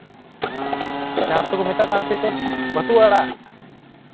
ᱡᱟᱦᱟᱸ ᱫᱚᱠᱚ ᱢᱮᱛᱟᱜ ᱠᱟᱱ ᱥᱮᱪᱮᱫ ᱵᱟᱹᱛᱩᱣᱟᱹ ᱟᱲᱟᱜ